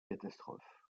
catastrophe